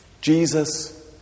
Jesus